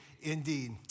indeed